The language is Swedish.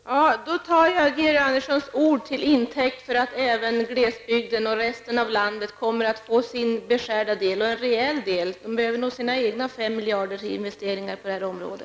Herr talman! Jag tar Georg Anderssons ord till intäkt för att även glesbygden och resten av landet kommer att få sin beskärda del -- och en rejäl del! De behöver nog sina egna 5 miljarder till investeringar på detta område.